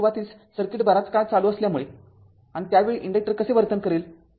म्हणून सुरुवातीस सर्किट बराच काळ चालू असल्यामुळे आणि त्यावेळी इंडक्टर कसे वर्तन करेल